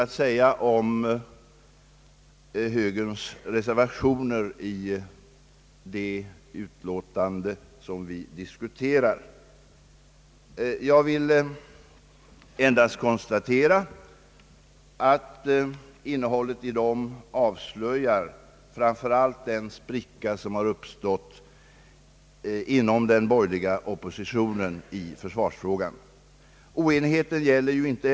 När regeringen och socialdemokraterna har gett uttryck för en bestämd uppfattning om försvarsbehoven är det fråga om ståndpunkter och beslut som vi kommit fram till under ansvar för den nationella säkerheten.